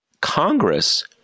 Congress